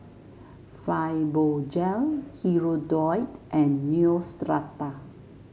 Fibogel Hirudoid and Neostrata